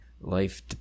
life